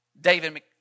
David